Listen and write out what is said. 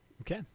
okay